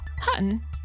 Hutton